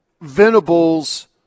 Venables